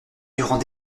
durant